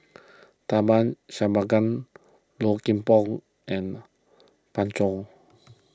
Tharman Shanmugaratnam Low Kim Pong and Pan Zhou